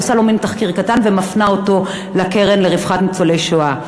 היא עושה לו מין תחקיר קטן ומפנה אותו לקרן לרווחת ניצולי השואה.